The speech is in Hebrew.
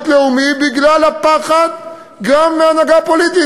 לאומי בגלל הפחד גם מההנהגה הפוליטית,